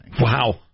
Wow